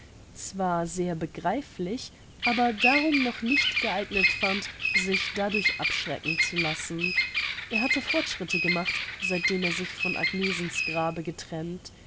zwar sehr begreiflich aber darum noch nicht geeignet fand sich dadurch abschrecken zu lassen er hatte fortschritte gemacht seitdem er sich von agnesens grabe getrennt